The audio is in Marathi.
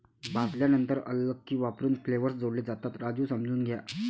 भाजल्यानंतर अल्कली वापरून फ्लेवर्स जोडले जातात, राजू समजून घ्या